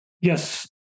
yes